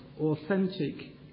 authentic